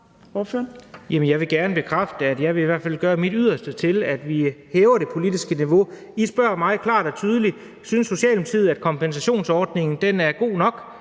Jeg vil gerne bekræfte, at jeg i hvert fald vil gøre mit yderste til, at vi hæver det politiske niveau. I spørger meget klart og tydeligt: Synes Socialdemokratiet, at kompensationsordningen er god nok?